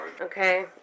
okay